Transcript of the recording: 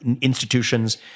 institutions